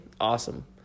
awesome